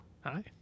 Hi